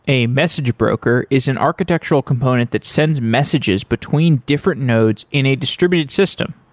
a message broker is an architectural component that sends messages between different nodes in a distributed system.